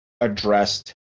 addressed